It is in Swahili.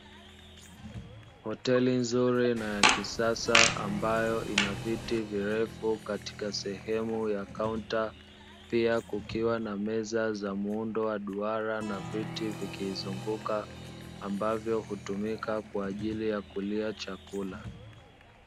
Hoteli nzuri na ya kisasa ambayo ina viti virefu katika sehemu ya kaunta, pia kukiwa na meza za muundo wa duara na viti vikiizunguka ambavyo hutumika Kwa ajili ya kulia chakula.